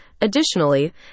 additionally